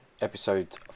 Episode